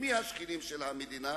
מי השכנים של המדינה?